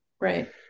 Right